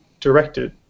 directed